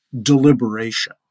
deliberation